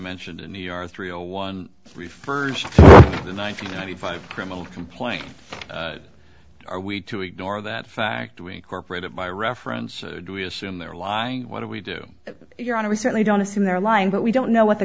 mentioned in new york three zero one refers to the ninety ninety five criminal complaint are we to ignore that fact we incorporated by reference do we assume they're lying what do we do your honor we certainly don't assume they're lying but we don't know what the